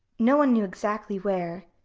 no one knew exactly where,